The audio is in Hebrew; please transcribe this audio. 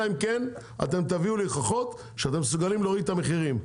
אלא אם כן אתם תביאו לי הוכחות שאתם מסוגלים להוריד את המחירים,